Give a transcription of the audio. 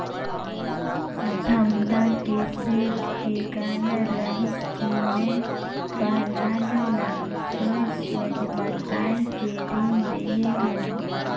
धमधा के सेठ के कहना रहिस कि मैं पहलाद ल सोएझ सोएझ बताये के रीन देहे हो